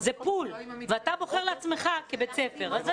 זה פול ואתה בוחר לעצמך כבית ספר.